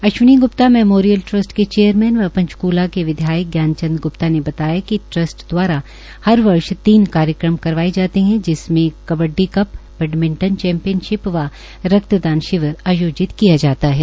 Ashwini Gupta memorial trust के chairman व पंचक्ला के विधायक ज्ञान चंद ग्प्ता ने बताया कि ट्रस्ट द्वारा हर वर्ष तीन कार्यक्रम करवाए जाते है जिसमें कबड्डी कप बैडमिंटन चैम्पियनशिप व रक्तदान शिविर आयोजित किया जाता है